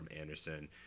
Anderson